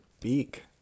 beak